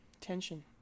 Tension